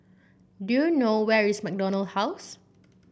do you know where is MacDonald House